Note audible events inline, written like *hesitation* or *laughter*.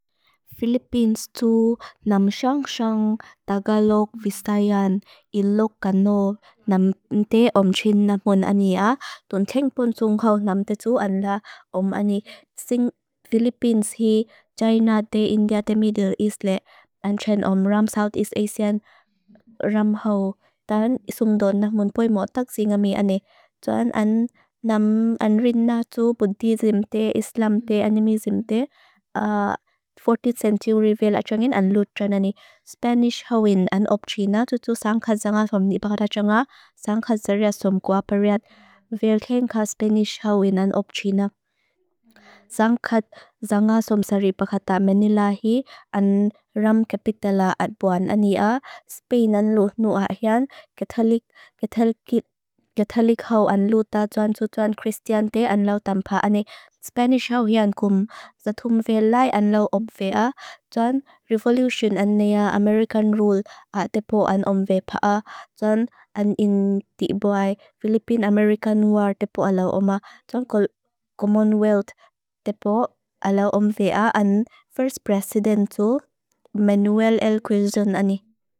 Philippines tu nam xang xang dagalok vistayan ilok gano nam nte om chin namon ani a. Tun cheng pon sung ho nam te tu an la om ani, Philippines hi China te India te Middle East le. An chen om ram South East Asian *hesitation* ram ho. Tan isung don namon poi motak si ngami ani. Tuan an rin na tu Buddhism te Islam te Animism te *hesitation* 14th century vil a chengin an lut cheng ani. Spanish hawin an om China tu tu sangkat zangasom ni pakat a cheng a sangkat zarya som guap a riat vil cheng ka Spanish hawin an om China. Sangkat zangasomsari pakat a Manila hi an ram capitala at po an ani a. Spain an lut nu a a hian. Catholic, *hesitation* Catholic, Catholic hawin lut a tuan tu tuan Christian te an lau tam pa ani. Spanish hawin an kum. Zatumve lai an lau om fe a. Tuan revolution ani a American rule a te po an om ve pa a. Tuan an ing tibua Philippine American war te po an lau om a. Tuan *hesitation* Commonwealth te po a lau om ve a an First President tu Manuel L. Quijón ani.